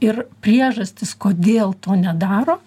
ir priežastys kodėl to nedaro